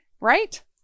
right